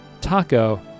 Taco